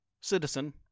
citizen